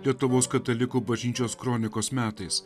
lietuvos katalikų bažnyčios kronikos metais